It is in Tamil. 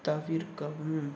தவிர்க்கவும்